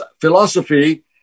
philosophy